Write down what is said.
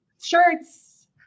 Shirts